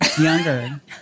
younger